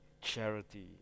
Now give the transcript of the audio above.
charity